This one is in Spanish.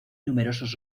numerosos